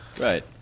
Right